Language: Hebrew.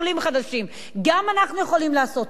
גם אנחנו יכולים לעשות את זה,